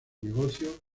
negocio